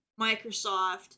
Microsoft